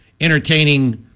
entertaining